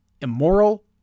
immoral